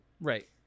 Right